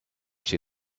she